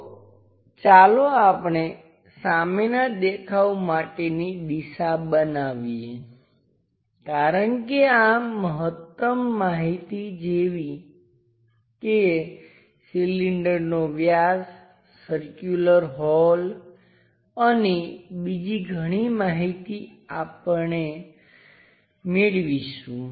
તો ચાલો આપણે સામેનાં દેખાવ માટેની દિશા બનાવીએ કારણ કે આ મહત્તમ માહિતી જેવી કે સિલિન્ડરનો વ્યાસ સર્કુલર હોલ અને બીજી ઘણી માહિતી આપણે મેળવીશું